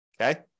Okay